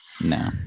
No